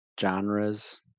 genres